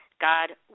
God